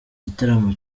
igitaramo